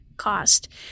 Cost